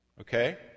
okay